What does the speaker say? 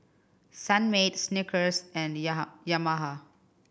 Sunmaid Snickers and Yamaha